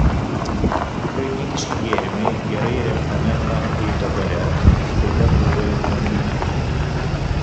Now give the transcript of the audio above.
ukrainietiški gėrimai gerai įrengtame farenheito bare taip pat buvo išbandyti